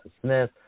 Smith